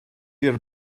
sir